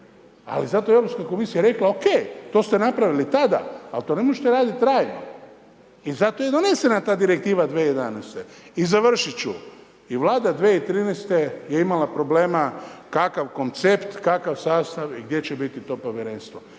Ali zato je EK rekla OK, to ste napravili tada, ali to ne možete raditi trajno. I zato je donesena ta direktiva 2011. I završit ću, i Vlada 2013. je imala problema kakav koncept, kakav sastav i gdje će biti to Povjerenstvo.